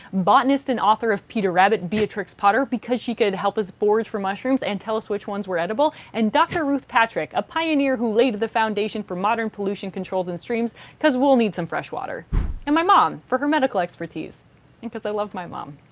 botanist and author of peter rabbit, beatrix potter, because she could help us forage for mushrooms and tell us which ones were edible, and dr. ruth patrick, a pioneer who laid the foundation for modern pollution control in streams because we'll need some fresh water and my mom for her medical expertise and because i love my mom